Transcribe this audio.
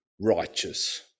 righteous